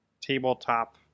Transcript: tabletop